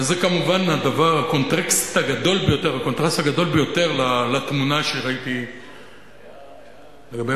וזה כמובן הקונטרסט הגדול ביותר לתמונה שראיתי לגבי